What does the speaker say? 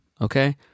Okay